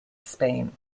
spain